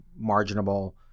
marginable